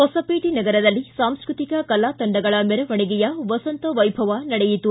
ಹೊಸಪೇಟೆ ನಗರದಲ್ಲಿ ಸಾಂಸ್ಕೃತಿಕ ಕಲಾ ತಂಡಗಳ ಮೆರವಣಿಗೆಯ ವಸಂತ ವೈಭವ ನಡೆಯಿತು